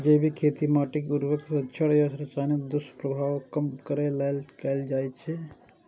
जैविक खेती माटिक उर्वरता संरक्षण आ रसायनक दुष्प्रभाव कम करै लेल कैल जाइ छै